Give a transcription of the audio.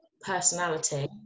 personality